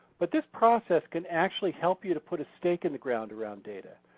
but this process can actually help you to put a stake in the ground around data.